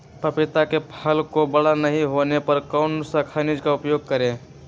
पपीता के फल को बड़ा नहीं होने पर कौन सा खनिज का उपयोग करें?